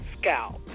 scalp